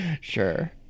Sure